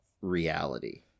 reality